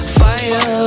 fire